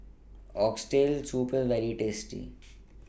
Oxtail Soup IS very tasty